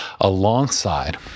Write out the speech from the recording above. alongside